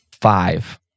five